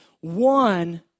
one